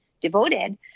devoted